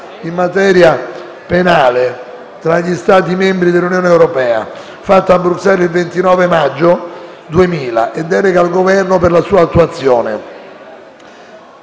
in materia penale tra gli Stati membri dell'Unione europea, fatta a Bruxelles il 29 maggio 2000, e delega al Governo per la sua attuazione.